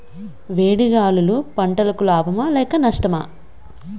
వేడి గాలులు పంటలకు లాభమా లేక నష్టమా?